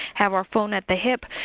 have our phone at the hip.